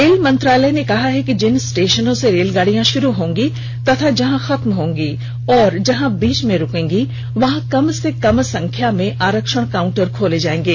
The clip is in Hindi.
रेल मंत्रालय ने कहा है कि जिन स्टेशनों से रेलगाडियां शुरू होंगी तथा जहां खत्म होंगी और जहां बीच में रूकेगी वहां कम से कम संख्या में आरक्षण काउंटर खोले जाएंगे